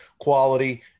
quality